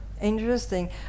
interesting